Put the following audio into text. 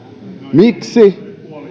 miksi